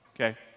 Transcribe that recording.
okay